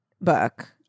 book